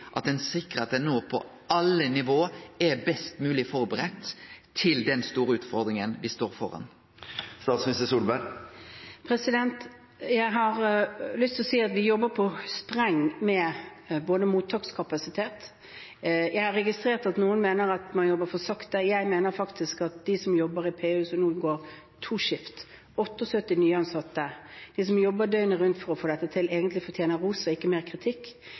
at ein sikrar at ein no på alle nivå er best mogleg førebudd til den store utfordringa vi står framfor? Jeg har lyst til å si at vi jobber på spreng med mottakskapasitet. Jeg har registrert at noen mener at man jobber for sakte. Jeg mener faktisk at de som jobber i PU – som nå går to skift, 78 nyansatte – som jobber døgnet rundt for å få dette til, egentlig fortjener ros og ikke mer kritikk.